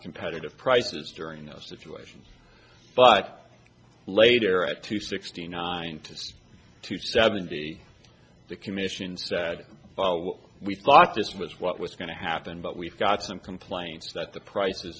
competitive prices during those situations but later at two sixty nine to two seventy the commission sad well we thought this was what was going to happen but we've got some complaints that the prices